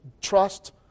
trust